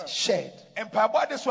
shared